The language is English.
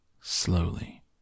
slowly